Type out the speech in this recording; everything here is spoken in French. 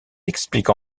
explique